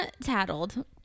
tattled